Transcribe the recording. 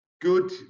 good